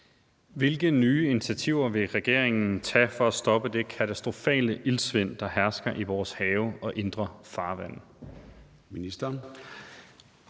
Hvilke nye initiativer vil regeringen tage for at stoppe det katastrofale iltsvind, der hersker i vores have og indre farvande?